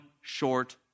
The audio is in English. short